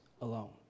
alone